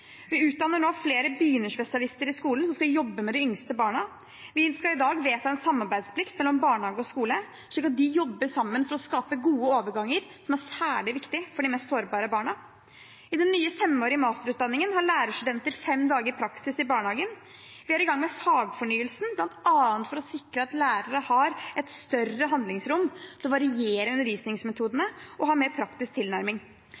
Vi utdanner nå flere begynnerspesialister i skolen, som skal jobbe med de yngste barna. Vi skal i dag vedta en samarbeidsplikt mellom barnehage og skole, slik at de jobber sammen for å skape gode overganger, som særlig er viktig for de mest sårbare barna. I den nye, femårige masterutdanningen har lærerstudenter praksis i fem dager i barnehagen. Vi er i gang med fagfornyelsen, bl.a. for å sikre at lærere har et større handlingsrom til å variere undervisningsmetodene og ha en mer praktisk tilnærming.